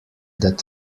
that